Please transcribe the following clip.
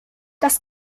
das